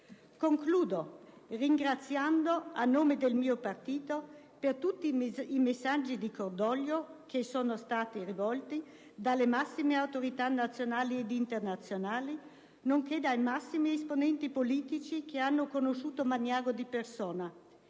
Concludo, ringraziando a nome del mio partito, per tutti i messaggi di cordoglio che gli sono stati rivolti dalle massime autorità nazionali ed internazionali, nonché dai massimi esponenti politici che hanno conosciuto Magnago di persona.